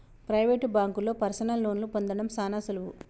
private బాంకుల్లో personal లోన్లు పొందడం సాన సులువు